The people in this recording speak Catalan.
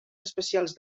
especials